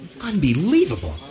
Unbelievable